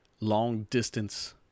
long-distance